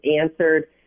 answered